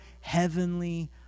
heavenly